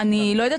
הרי הוא לא יעשה